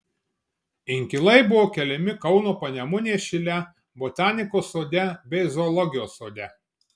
inkilai buvo keliami kauno panemunės šile botanikos sode bei zoologijos sode